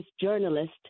journalist